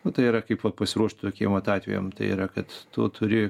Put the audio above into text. nu tai yra kaip va pasiruošt tokiem vat atvejam tai yra kad tu turi